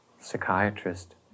psychiatrist